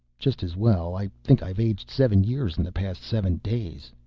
just as well. i think i've aged seven years in the past seven days.